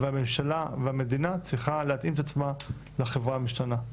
הממשלה והמדינה צריכות להתאים את עצמן לחברה המשתנה.